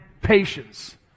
patience